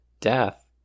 death